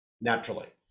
Naturally